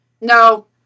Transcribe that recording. No